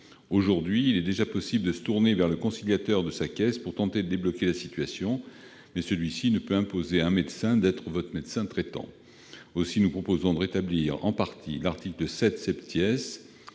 Aujourd'hui, il est déjà possible de se tourner vers le conciliateur de sa caisse pour tenter de débloquer la situation, mais celui-ci ne peut imposer à un médecin d'être votre médecin traitant. Aussi, nous proposons de rétablir en partie l'article 7 tel